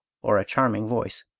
or a charming voice.